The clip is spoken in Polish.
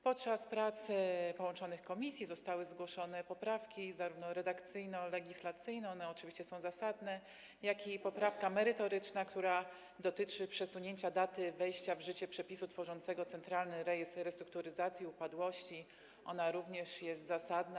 Podczas prac połączonych komisji zostały zgłoszone zarówno poprawki redakcyjno-legislacyjne, które oczywiście są zasadne, jak i poprawka merytoryczna, która dotyczy przesunięcia daty wejścia w życie przepisu tworzącego Centralny Rejestr Restrukturyzacji i Upadłości i która również jest zasadna.